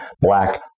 black